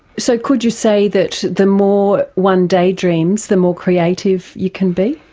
so could you say that the more one daydreams, the more creative you can be?